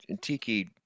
Tiki